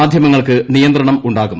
മാധ്യമങ്ങൾക്ക് നിയന്ത്രണം ഉണ്ടാകും